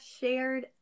shared